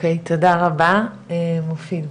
אוקי תודה רבה מופיד בבקשה.